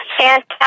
Fantastic